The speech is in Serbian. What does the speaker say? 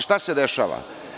Šta se dešava?